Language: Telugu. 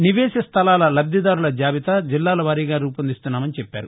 నివేశ స్లలాల లబ్దిదారుల జాబితా జిల్లాల వారీగా రూపొందిస్తున్నామని చెప్పారు